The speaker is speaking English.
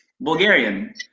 Bulgarian